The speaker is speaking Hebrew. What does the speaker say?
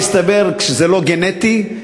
והסתבר שזה לא גנטי,